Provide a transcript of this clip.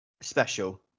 special